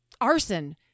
arson